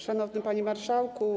Szanowny Panie Marszałku!